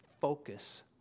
focus